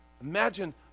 Imagine